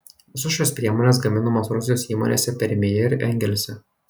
visos šios priemonės gaminamos rusijos įmonėse permėje ir engelse